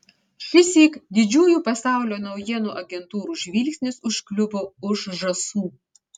šįsyk didžiųjų pasaulio naujienų agentūrų žvilgsnis užkliuvo už žąsų